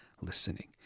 listening